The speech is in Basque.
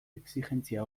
exijentzia